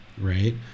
Right